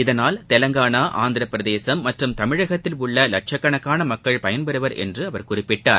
இதனால் தெலங்காளா ஆந்திரப்பிரதேசும் மற்றும் தமிழகத்தில் உள்ள லட்சக்கணக்கான மக்கள் பயன் பெறுவர் என்று அவர் குறிப்பிட்டார்